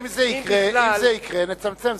אם זה יקרה, נצמצם.